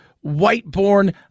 white-born